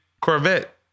Corvette